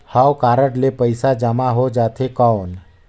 हव कारड ले पइसा जमा हो जाथे कौन?